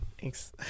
Thanks